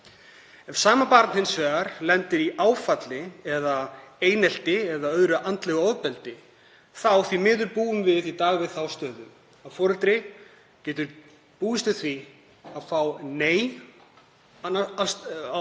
Ef sama barn hins vegar lendir í áfalli eða einelti eða öðru andlegu ofbeldi þá búum við því miður í dag við þá stöðu að foreldri getur búist við því að fá nei á